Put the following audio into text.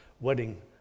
wedding